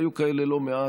והיו כאלה לא מעט,